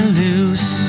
loose